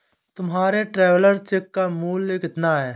तुम्हारे travellers cheque का मूल्य कितना है?